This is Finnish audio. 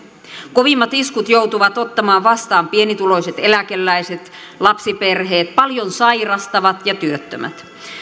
kovimmat iskut joutuvat ottamaan vastaan pienituloiset eläkeläiset lapsiperheet paljon sairastavat ja työttömät